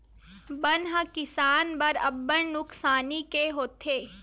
बन ह किसान बर अब्बड़ नुकसानी के होथे